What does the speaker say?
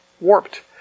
warped